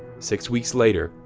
six weeks later,